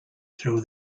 through